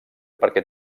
perquè